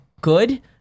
good